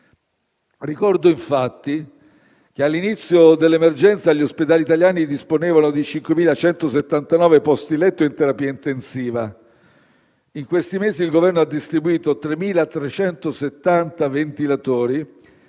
Ricordo infatti che, all'inizio dell'emergenza, gli ospedali italiani disponevano di 5.179 posti letto in terapia intensiva. In questi mesi il Governo ha distribuito 3.370 ventilatori